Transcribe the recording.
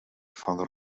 van